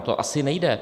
To asi nejde.